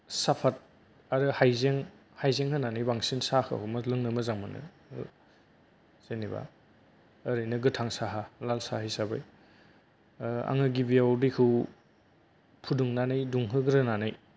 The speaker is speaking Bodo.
साफाद आरो हाइजें हाइजें होनानै बोंसिनै साहाखौ लोंनो मोजां मोनो जेनेबा ओरैनो गोथां साहा लाल साहा हिसाबै आङो गिबियाव दैखौ फुदुंनानै दुंहोग्रोनानै